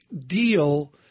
deal